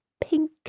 pink